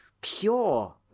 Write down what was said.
pure